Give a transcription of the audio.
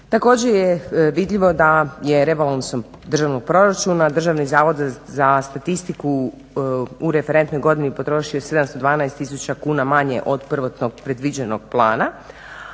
Također je vidljivo da je rebalansom državnog proračuna Državni zavod za statistiku u referentnoj godini potrošio 712 tisuća kuna manje od prvotnog predviđenog plana